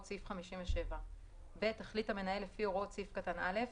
סעיף 57. (ב) החליט המנהל לפי הוראות סעיף קטן (א)